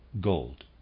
gold